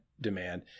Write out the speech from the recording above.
demand